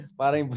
parang